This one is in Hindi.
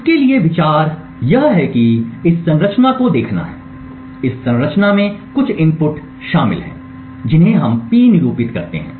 इसके लिए केंद्रीय विचार इस संरचना को देखना है इस संरचना में कुछ इनपुट शामिल हैं जिन्हें हम पी निरूपित करते हैं